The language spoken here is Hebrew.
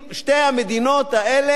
שתי המדינות האלה,